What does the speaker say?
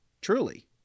truly